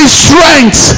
strength